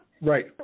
right